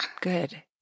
Good